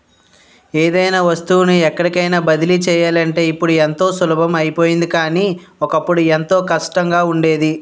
ఏదైనా వస్తువుని ఎక్కడికైన బదిలీ చెయ్యాలంటే ఇప్పుడు ఎంతో సులభం అయిపోయింది కానీ, ఒకప్పుడు ఎంతో కష్టంగా ఉండేది